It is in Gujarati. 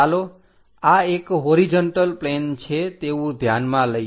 ચાલો આ એક હોરીજન્ટલ પ્લેન છે તેવું ધ્યાનમાં લઈએ